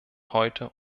heute